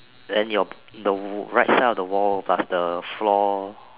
then your the right side of the wall plus the floor